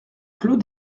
clos